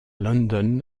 london